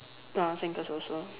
uh sandcastle also